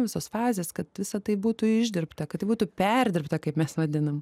visos fazės kad visa tai būtų išdirbta kad tai būtų perdirbta kaip mes vadinam